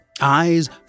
eyes